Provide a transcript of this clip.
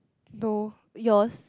no yours